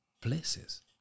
places